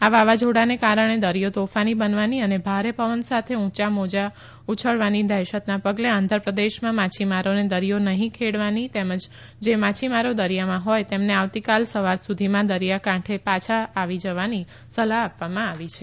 આ વાવાઝોડાને કારણે દરિયો તોફાની બનવાની અને ભારે પવન સાથે ઉંચા મોજા ઉછળવાની દહેશતના પગલે આંધ્રપ્રદેશમાં માછીમારોને દરિયો નહી ખેંડવાની તેમજ જે માછીમારો દરિયામાં હોય તેમને આવતીકાલ સવાર સુધીમાં દરિયાકાંઠે પાછા આવી જવાની સલાહ આપવામાં આવી છે